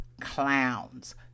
clowns